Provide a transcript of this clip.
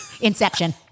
Inception